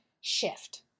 shift